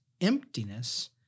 emptiness